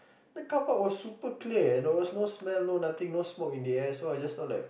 the carpark was super clear and there was no smell no nothing no smoke in the air so I just thought like